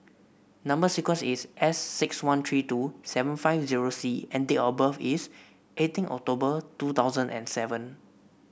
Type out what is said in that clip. number sequence is S six one three two seven five zero C and date of birth is eighteen October two thousand and seven